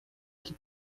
que